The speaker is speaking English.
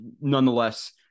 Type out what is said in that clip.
Nonetheless